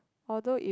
although if